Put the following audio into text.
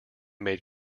made